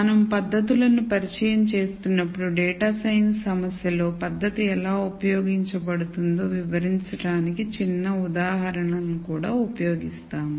మనం పద్ధతులను పరిచయం చేస్తున్నప్పుడు డేటా సైన్స్ సమస్య లో పద్ధతి ఎలా ఉపయోగించబడుతుందో వివరించడానికి చిన్న ఉదాహరణలను కూడా ఉపయోగిస్తాము